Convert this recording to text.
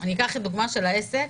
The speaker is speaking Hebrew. אני אקח לדוגמה איזה עסק,